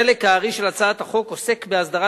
חלק הארי של הצעת החוק עוסק בהסדרת